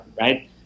right